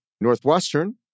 Northwestern